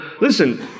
listen